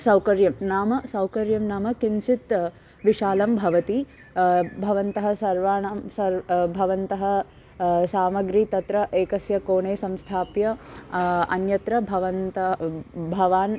सौकर्यं नाम सौकर्यं नाम किञ्चित् विशालं भवति भवन्तः सर्वाणां सर् भवन्तः सामग्री तत्र एकस्य कोणे संस्थाप्य अन्यत्र भवन्त भवान्